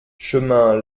chemin